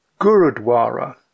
Gurudwara